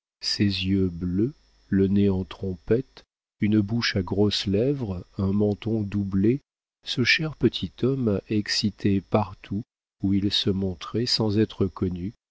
ses yeux bleus le nez en trompette une bouche à grosses lèvres un menton doublé ce cher petit homme excitait partout où il se montrait sans être connu